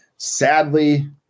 Sadly